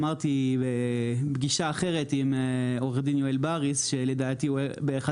אמרתי בפגישה אחרת עם עורך דין יואל בריס שלדעתי הוא באחד